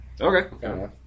Okay